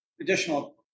additional